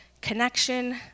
Connection